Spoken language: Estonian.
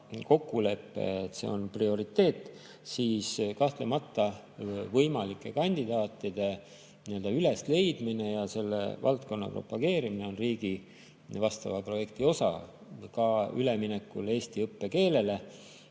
kokkuleppe, et see on prioriteet, siis kahtlemata on võimalike kandidaatide ülesleidmine ja selle valdkonna propageerimine riigi vastava projekti osa. Ka üleminekul eesti õppekeelele,